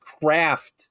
craft